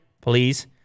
Please